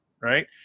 right